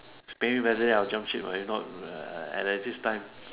pay me better than I'll jump ship lah if not uh at this time